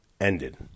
ended